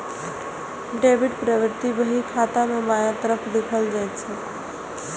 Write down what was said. debit प्रवृष्टि बही खाता मे बायां तरफ लिखल जाइ छै